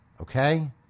okay